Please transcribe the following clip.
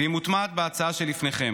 והיא מוטמעת בהצעה שלפניכם.